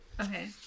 Okay